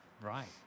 Right